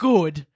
Good